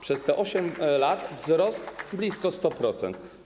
Przez te 8 lat wzrost o blisko 100%.